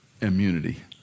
immunity